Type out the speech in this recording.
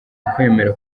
kwemera